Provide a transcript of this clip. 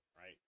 right